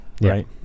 right